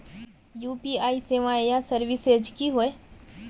UPI सेवाएँ या services की होय?